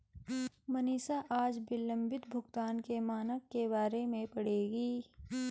मनीषा आज विलंबित भुगतान के मानक के बारे में पढ़ेगी